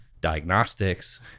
diagnostics